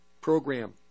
program